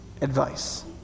advice